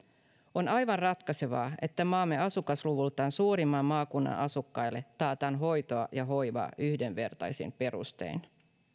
on aivan ratkaisevaa että maamme asukasluvultaan suurimman maakunnan asukkaille taataan hoito ja hoiva yhdenvertaisin perustein